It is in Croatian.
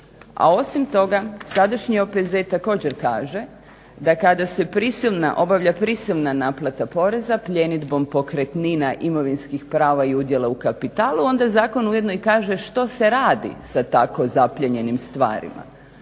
A osim toga sadašnji OPZ također kaže da kada se obavlja prisilna naplata poreza pljenidbom pokretnina imovinskih prava i udjela u kapitalu onda zakon ujedno kaže što se radi sa tako zaplijenjenim stvarima.